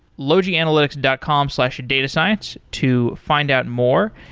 logianalytics dot com slash datascience to find out more,